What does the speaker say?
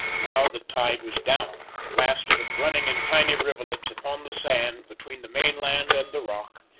now the tide was down, the last of it running in tiny rivulets upon the sand between the mainland and the rock,